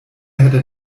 hätte